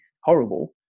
horrible